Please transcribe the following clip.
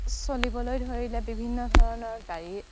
চলিবলৈ ধৰিলে বিভিন্ন ধৰণৰ গাড়ী